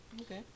Okay